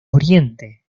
oriente